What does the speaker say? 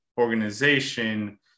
organization